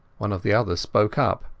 one of the others spoke up.